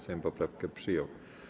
Sejm poprawki przyjął.